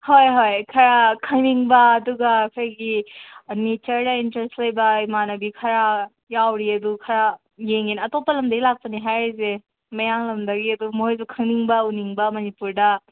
ꯍꯣꯏ ꯍꯣꯏ ꯈꯔ ꯈꯪꯅꯤꯡꯕ ꯑꯗꯨꯒ ꯑꯩꯈꯣꯏꯒꯤ ꯅꯦꯆꯔꯗ ꯏꯟꯇꯔꯦꯁ ꯂꯩꯕ ꯏꯃꯥꯟꯅꯕꯤ ꯈꯔ ꯌꯥꯎꯔꯤ ꯑꯗꯨ ꯈꯔ ꯌꯦꯡꯒꯦꯅ ꯑꯇꯣꯞꯄ ꯂꯝꯗꯒꯤ ꯂꯥꯛꯄꯅꯦ ꯍꯥꯏꯔꯤꯁꯦ ꯃꯌꯥꯡ ꯂꯝꯗꯒꯤ ꯑꯗꯣ ꯃꯣꯏꯗꯣ ꯈꯪꯅꯤꯡꯕ ꯎꯅꯤꯡꯕ ꯃꯅꯤꯄꯨꯔꯗ